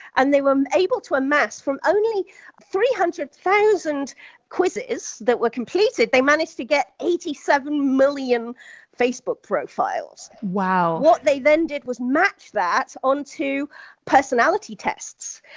and they were able to amass from only three hundred thousand quizzes that were completed, they managed to get eighty seven million facebook profiles. wow. what they then did was match that on to personality tests,